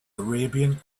arabian